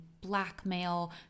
blackmail